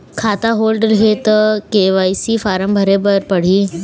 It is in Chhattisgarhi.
खाता होल्ड हे ता के.वाई.सी फार्म भरे भरे बर पड़ही?